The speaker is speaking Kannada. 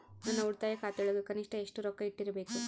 ನನ್ನ ಉಳಿತಾಯ ಖಾತೆಯೊಳಗ ಕನಿಷ್ಟ ಎಷ್ಟು ರೊಕ್ಕ ಇಟ್ಟಿರಬೇಕು?